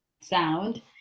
sound